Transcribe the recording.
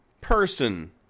person